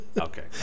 Okay